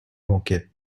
banquets